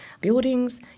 buildings